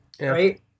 right